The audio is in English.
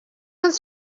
wants